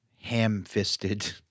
ham-fisted